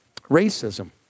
racism